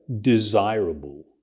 desirable